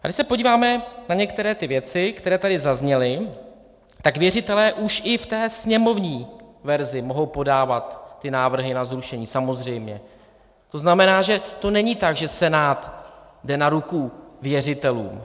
A když se podíváme na některé věci, které tady zazněly, tak věřitelé už i v té sněmovní verzi mohou podávat návrhy na zrušení, samozřejmě, to znamená, že to není tak, že Senát jde na ruku věřitelům.